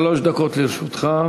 שלוש דקות לרשותך.